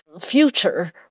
future